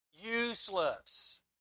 Useless